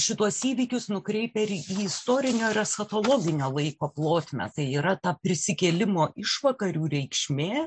šituos įvykius nukreipia ir į istorinią ir eschatologinią laiko plotmę tai yra ta prisikėlimo išvakarių reikšmė